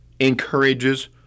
encourages